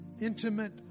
intimate